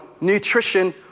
nutrition